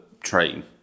train